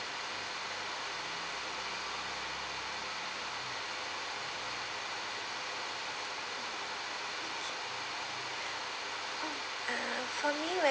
for me when